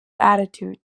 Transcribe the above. attitude